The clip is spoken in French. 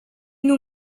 nous